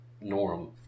Norm